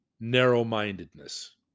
Narrow-mindedness